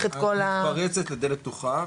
את כל ה --- את מתפרצת לדלת פתוחה,